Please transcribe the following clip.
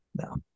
no